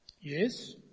Yes